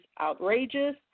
outrageous